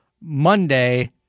Monday